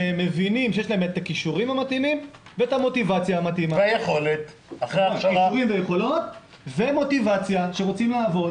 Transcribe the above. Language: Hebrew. שיש להם את הכישורים המתאימים את היכולות ואת המוטיבציה הנכונה.